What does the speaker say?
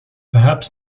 perhaps